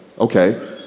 okay